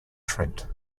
trent